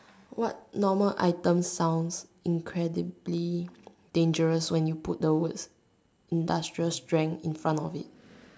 what normal items sounds incredibly dangerous when you put the words industrial strength in front of it